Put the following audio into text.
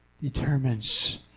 determines